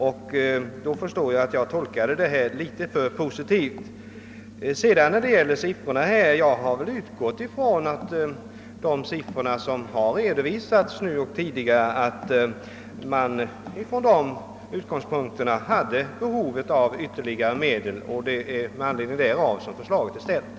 Jag förstår nu att jag tolkade inrikesministerns svar något för positivt. När det sedan gäller de siffror som är aktuella har jag utgått från att det med hänsyn till vad som tidigare redovisats fanns behov av ytterligare medel. Det är med anledning härav som förslaget har framlagts.